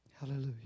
Hallelujah